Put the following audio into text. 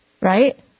right